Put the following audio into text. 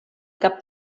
cap